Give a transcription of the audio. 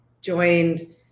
joined